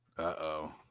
Uh-oh